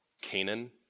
Canaan